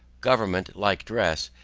government, like dress,